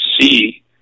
see